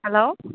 hello